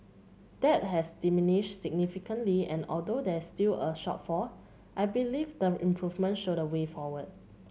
that has diminished significantly and although there is still a shortfall I believe them improvement show the way forward